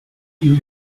you